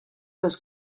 los